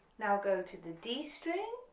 now go to the d string,